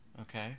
Okay